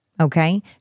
Okay